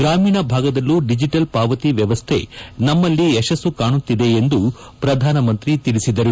ಗ್ರಾಮೀಣ ಭಾಗದಲ್ಲೂ ಡಿಜೆಟಲ್ ಪಾವತಿ ವ್ಯವಸ್ಥೆ ನಮ್ಮಲ್ಲಿ ಯಶಸ್ಸು ಕಾಣುತ್ತಿದೆ ಎಂದು ಪ್ರಧಾನಮಂತ್ರಿ ತಿಳಿಸಿದರು